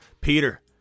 Peter